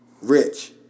Rich